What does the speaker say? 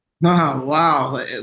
Wow